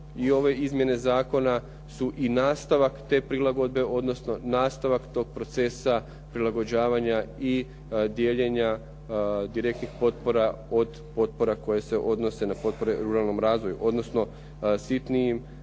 ove izmjene zakona su i nastavak te prilagodbe, odnosno nastavak tog procesa prilagođavanja i dijeljenja direktnih potpora od potpora koje se odnose na potpore ruralnom razdoblju, odnosno sitnijim,